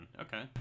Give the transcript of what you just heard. okay